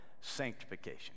sanctification